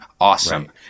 awesome